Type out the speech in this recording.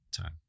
time